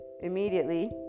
immediately